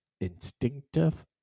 instinctive